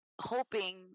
hoping